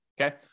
okay